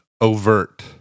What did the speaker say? overt